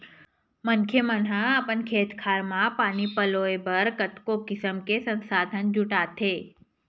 मनखे मन ह अपन खेत खार म पानी पलोय बर कतको किसम के संसाधन जुटाथे